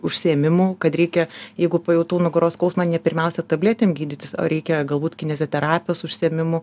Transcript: užsiėmimų kad reikia jeigu pajutau nugaros skausmą ne pirmiausia tabletėm gydytis o reikia galbūt kineziterapijos užsiėmimų